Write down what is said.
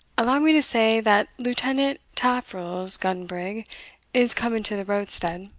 allow me to say, that lieutenant taffril's gun-brig is come into the roadstead,